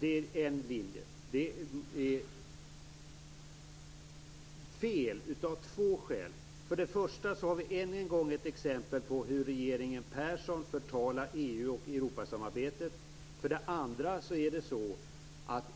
Detta är en linje men det här är fel av två skäl. För det första har vi här än en gång ett exempel på hur regeringen Persson förtalar EU och Europasamarbetet. För det andra rekommenderade